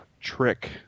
trick